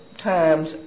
times